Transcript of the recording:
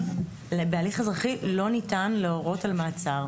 בהליך אזרחי לא ניתן להורות על מעצר.